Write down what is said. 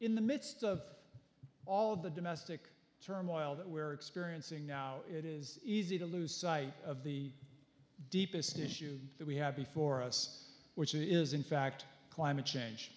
in the midst of all of the domestic turmoil that we're experiencing now it is easy to lose sight of the deepest issue that we have before us which is in fact climate change